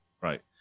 Right